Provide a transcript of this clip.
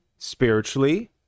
Spiritually